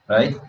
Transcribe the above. Right